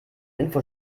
info